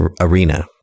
arena